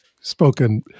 Spoken